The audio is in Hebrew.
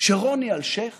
שרוני אלשיך